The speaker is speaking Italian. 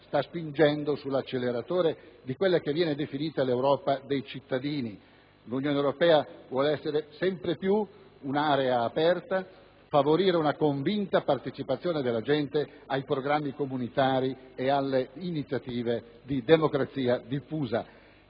sta spingendo sull'acceleratore di quella che viene definita l'Europa dei cittadini. L'Unione europea vuole essere sempre più un'area aperta, favorire una convinta partecipazione della gente ai programmi comunitari e alle iniziative di democrazia diffusa.